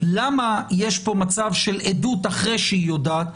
למה יש פה מצב של עדות אחרי שהיא יודעת,